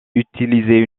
utilisé